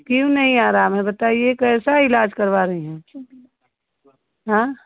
क्यों नहीं आराम है बतलाइए कैसा इलाज करवा रही है आएँ